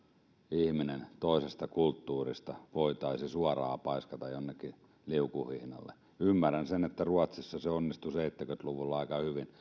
ihminen toisesta kulttuurista voitaisiin suoraan paiskata jonnekin liukuhihnalle ymmärrän sen että ruotsissa se onnistui seitsemänkymmentä luvulla aika hyvin